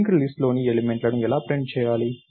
linked లిస్ట్లోని ఎలిమెంట్లను ఎలా ప్రింట్ చేయాలి